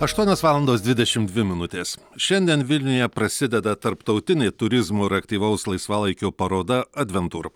aštuonios valandos dvidešim dvi minutės šiandien vilniuje prasideda tarptautinė turizmo ir aktyvaus laisvalaikio paroda adventur